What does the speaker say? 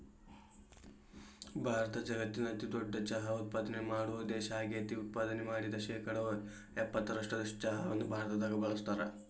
ಭಾರತ ಜಗತ್ತಿನ ಅತಿದೊಡ್ಡ ಚಹಾ ಉತ್ಪಾದನೆ ಮಾಡೋ ದೇಶ ಆಗೇತಿ, ಉತ್ಪಾದನೆ ಮಾಡಿದ ಶೇಕಡಾ ಎಪ್ಪತ್ತರಷ್ಟು ಚಹಾವನ್ನ ಭಾರತದಾಗ ಬಳಸ್ತಾರ